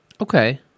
Okay